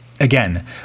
Again